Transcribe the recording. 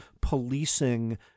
policing